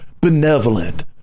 benevolent